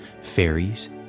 fairies